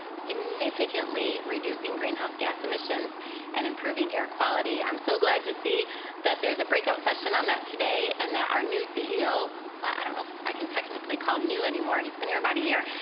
significantly reducing greenhouse gas emissions and improving air quality. i'm so glad to see that there's a breakout session on that today and that our new ceo well, i don't know if i can technically call him new anymore, he's been here about a year,